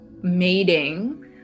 mating